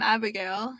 Abigail